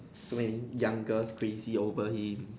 so many young girls crazy over him